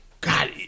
God